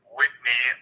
Whitney